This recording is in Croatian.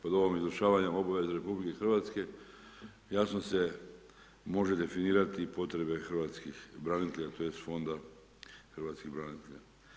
Pod ovom izvršavanja obaveze RH jasno se može definirati potrebe hrvatskih branitelja, tj. fonda hrvatskih branitelja.